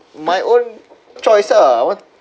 my own choice ah what